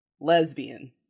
Lesbian